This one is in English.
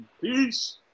Peace